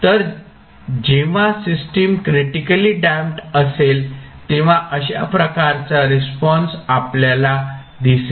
तर जेव्हा system critically damped असेल तेव्हा अशा प्रकारचा रिस्पॉन्स आपल्याला दिसेल